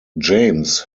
james